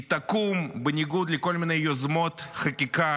היא תקום בניגוד לכל מיני יוזמות חקיקה